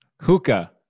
hookah